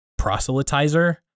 proselytizer